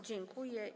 Dziękuję.